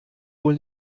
wohl